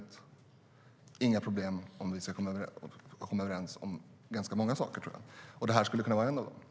Det är inga problem för oss att komma överens om ganska många saker, tror jag, och det här skulle kunna vara en av dem.